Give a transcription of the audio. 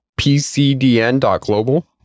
pcdn.global